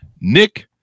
Nick